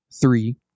three